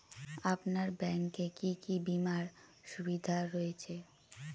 আপনার ব্যাংকে কি কি বিমার সুবিধা রয়েছে?